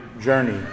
journey